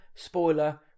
spoiler